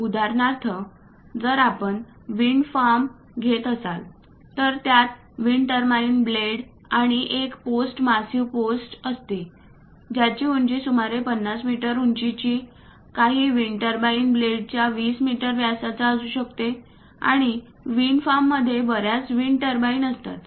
उदाहरणार्थ जर आपण विंड फार्म घेत असाल तर त्यात विंड टर्बाईन ब्लेड आणि एक पोस्ट मासिव्ह पोस्ट असते ज्याची उंची सुमारे 50 मीटर उंचीची काही विंड टर्बाईन ब्लेडच्या २० मीटर व्यासाचा असू शकते आणि विंड फार्ममध्ये बर्याच विंड टर्बाइन असतात